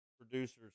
producers